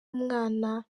umwana